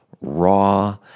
raw